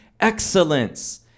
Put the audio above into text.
excellence